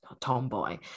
tomboy